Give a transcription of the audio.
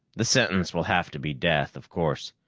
the sentence will have to be death, of course.